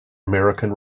american